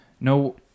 no